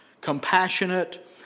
compassionate